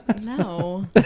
No